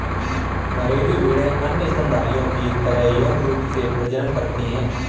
घरेलू भेड़ें अन्य स्तनधारियों की तरह यौन रूप से प्रजनन करती हैं